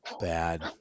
Bad